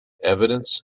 evidence